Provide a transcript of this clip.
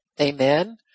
Amen